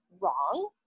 wrong